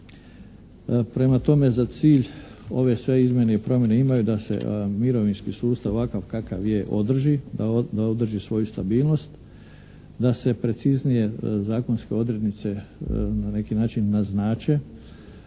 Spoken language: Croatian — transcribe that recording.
Prema tome, za cilj ove sve izmjene i promjene imaju da se mirovinski sustav ovakav kakav je održi, da održi svoju stabilnost, da se preciznije zakonske odrednice na neki način naznače.